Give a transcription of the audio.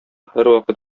һәрвакыт